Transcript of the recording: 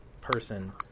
person